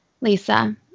Lisa